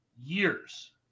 Years